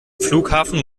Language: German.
flughafen